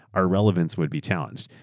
our relevance would be challenged.